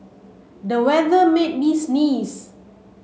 the weather made me sneeze